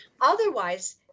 Otherwise